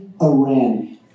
Iran